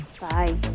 Bye